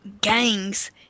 gangs